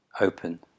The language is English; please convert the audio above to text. open